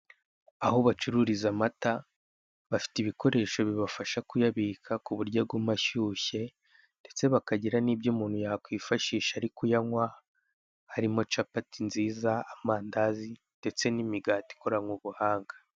Aho bacuruza amata bafite ibikoresho bibafasha kuyabika kuburyo aguma ashyushye, ndetse bakagira nibyo umuntu yakifashisha Ari ku yanywa, harimo capati nziza ndetse n'imigati ikoranye ubuhanga.